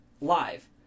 live